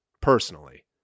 personally